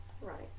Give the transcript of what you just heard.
Right